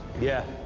yeah,